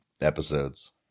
episodes